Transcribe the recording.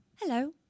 Hello